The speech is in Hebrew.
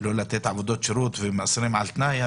לא לתת עבודות שירות ומאסרים על תנאי,